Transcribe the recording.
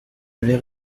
avait